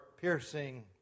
piercing